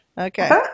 Okay